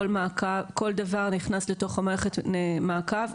כל דבר נכנס לתוך מערכת המעקב.